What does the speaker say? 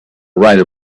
write